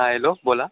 हां हॅलो बोला